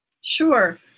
Sure